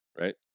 right